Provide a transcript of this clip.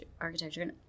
architecture